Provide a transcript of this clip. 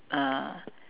uh